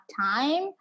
time